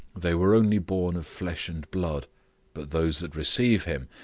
they were only born of flesh and blood but those that receive him,